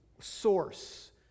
source